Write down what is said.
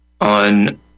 on